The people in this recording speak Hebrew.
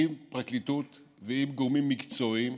עם פרקליטות ועם גורמים מקצועיים.